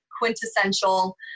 quintessential